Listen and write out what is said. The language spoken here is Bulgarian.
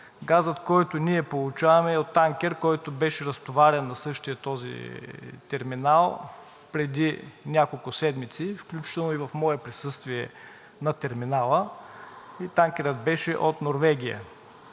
Газът, който ние получаваме, е от танкер, който беше разтоварен на същия този терминал преди няколко седмици, включително и в мое присъствие на терминала, и танкерът беше от Норвегия.